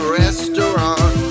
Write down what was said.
restaurant